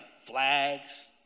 Flags